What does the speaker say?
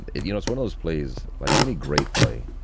you know, it's when those plays, like any great play,